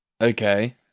Okay